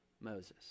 Moses